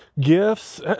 gifts